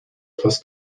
plus